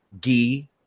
ghee